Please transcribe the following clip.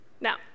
Now